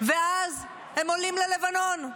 ואז הם עולים ללבנון.